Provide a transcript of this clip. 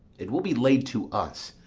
it will be laid to us,